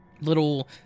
Little